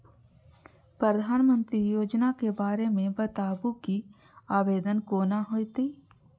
प्रधानमंत्री योजना के बारे मे बताबु की आवेदन कोना हेतै?